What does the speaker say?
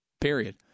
Period